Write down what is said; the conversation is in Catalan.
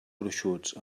gruixuts